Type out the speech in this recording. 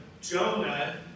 Jonah